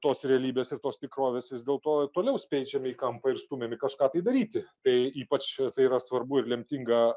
tos realybės ir tos tikrovės vis dėlto toliau speičiami į kampą ir stumiami kažką tai daryti tai ypač tai yra svarbu ir lemtinga